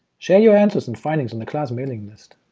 share your answers and findings on the class mailing list.